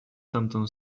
tamtą